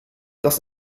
das